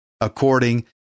according